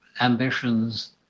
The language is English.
ambitions